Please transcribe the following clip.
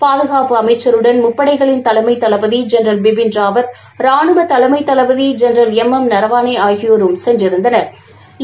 பாதுகாப்பு அமைச்சருடன் முப்படைகளின் தலைமை தளபதி ஜெனரல் பிபின்ராவத் ரானுவ தலைமை தளபதி ஜெனரல் எம் எம் நரவாணே ஆகியோரும் சென்றிருந்தனா்